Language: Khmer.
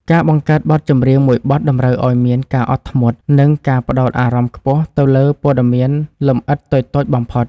ការបង្កើតបទភ្លេងមួយបទតម្រូវឱ្យមានការអត់ធ្មត់ និង ការផ្ដោតអារម្មណ៍ខ្ពស់ទៅលើព័ត៌មានលម្អិតតូចៗបំផុត។